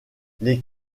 les